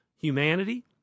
humanity